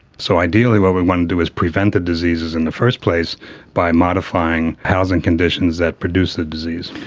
so ideally what we want to do is prevent the diseases in the first place by modifying housing conditions that produce the disease.